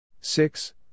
Six